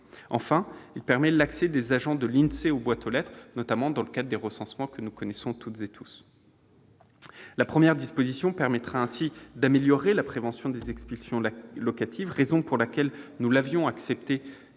ainsi que l'accès des agents de l'INSEE aux boîtes aux lettres, notamment dans le cadre des recensements. La première disposition permettra d'améliorer la prévention des expulsions locatives, raison pour laquelle nous l'avions acceptée